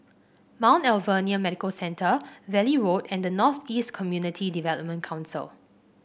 Mount Alvernia Medical Centre Valley Road and North East Community Development Council